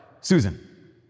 Susan